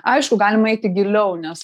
aišku galima eiti giliau nes